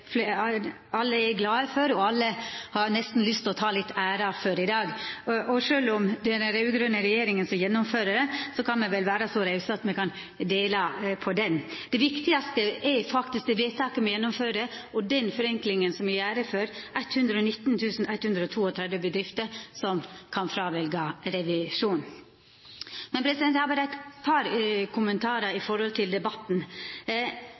alle er glade for, og som alle nesten har lyst til å ta litt av æra for i dag – og sjølv om det er den raud-grøne regjeringa som gjennomfører dette, kan me vel vera så rause at me kan dela på det. Det viktigaste er no vedtaket og den forenklinga som blir gjennomført for 119 132 bedrifter, som kan fråvelja revisjon. Men eg har eit par kommentarar til debatten.